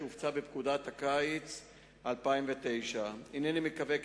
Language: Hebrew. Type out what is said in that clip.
שהופצה בפקודת הקיץ 2009. הנני מקווה כי